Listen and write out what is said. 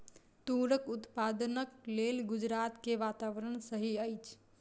तूरक उत्पादनक लेल गुजरात के वातावरण सही अछि